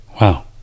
Wow